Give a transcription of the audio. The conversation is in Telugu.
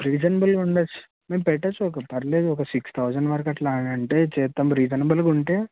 రీజనబుల్గా ఉండచ్చు మేము పెట్టచ్చు ఒక పర్లేదు ఒక సిక్స్ తౌజండ్ వరకు అట్లా అంటే చేస్తాం రీజనబుల్గా ఉంటే